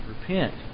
Repent